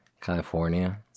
California